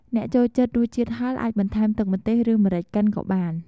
អ្នកចូលចិត្តរសជាតិហឹរ អាចបន្ថែមទឹកម្ទេស ឬម្រេចកិនក៏បាន។